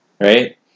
Right